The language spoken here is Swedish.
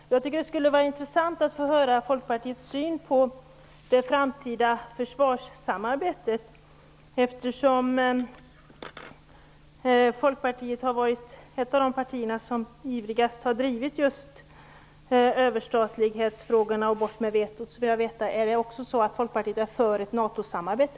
Jag tycker att det skulle vara intressant att få höra Eftersom Folkpartiet har varit ett av de partier som har drivit överstatlighetsfrågorna ivrigast, och som har velat få bort vetot, skulle jag vilja veta om Folkpartiet också är för ett NATO-samarbete.